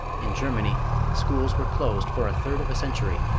in germany schools were closed for a third of a century,